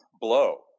blow